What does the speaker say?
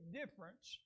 difference